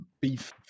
beef